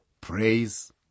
Praise